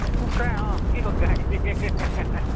कुखुरा अँ के को गाई